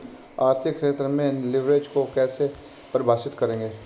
आर्थिक क्षेत्र में लिवरेज को कैसे परिभाषित करेंगे?